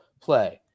play